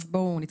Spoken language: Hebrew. אז בואו נתקדם.